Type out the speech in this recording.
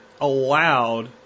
allowed